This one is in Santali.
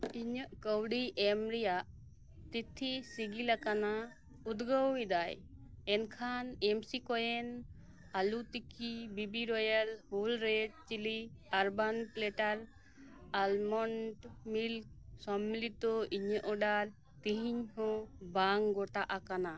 ᱤᱧᱟᱹᱜ ᱠᱟᱣᱰᱤ ᱮᱢ ᱨᱮᱱᱟᱜ ᱛᱷᱤᱛᱤ ᱥᱤᱜᱤᱞᱟᱠᱟᱱᱟ ᱩᱫᱩᱜ ᱮᱫᱟᱭ ᱮᱱᱠᱷᱟᱱ ᱮᱢᱥᱤᱠᱳᱭᱮᱱ aloo tikki BB Royal whole red chilli urban platter almond milk ᱥᱚᱢᱵᱚᱞᱤᱛᱚ ᱤᱧᱟᱹᱜ ᱚᱰᱟᱨ ᱱᱤᱛ ᱦᱚᱸ ᱵᱟᱝ ᱜᱚᱴᱟ ᱟᱠᱟᱱᱟ